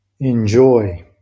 Enjoy